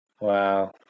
Wow